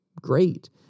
great